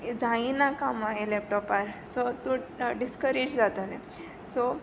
जाईना कामां हे लॅपटॉपार सो तूं डिसकरेज जातलें सो